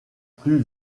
plus